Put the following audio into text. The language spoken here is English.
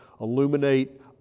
illuminate